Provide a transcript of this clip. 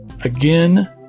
Again